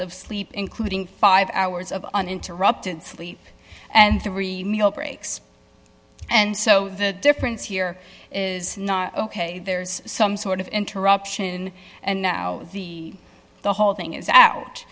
of sleep including five hours of uninterrupted sleep and three meal breaks and so the difference here is not ok there's some sort of interruption and now the whole thing is